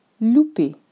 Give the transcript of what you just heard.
Louper